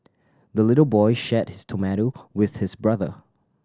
the little boy shared his tomato with his brother